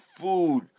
food